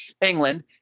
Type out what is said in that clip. England